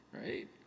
right